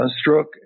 stroke